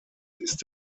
ist